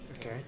Okay